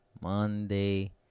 Monday